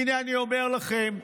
הינה, אני אומר לכם,